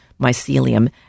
mycelium